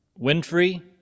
Winfrey